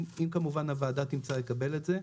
אם כמובן הוועדה תמצא לנכון לקבל אותה.